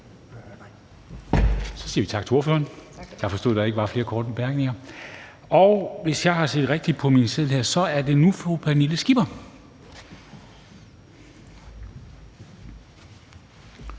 Så siger vi tak til ordføreren – jeg forstod, at der ikke var flere korte bemærkninger. Og hvis jeg har set rigtigt på min seddel her, er det nu fru Pernille Skipper,